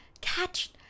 catch